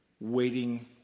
waiting